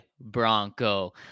bronco